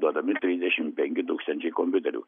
duodami trisdešimt penki tūkstančiai kompiuterių